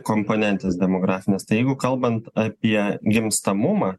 komponentės demografinės tai jeigu kalbant apie gimstamumą